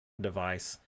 device